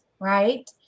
right